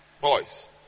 boys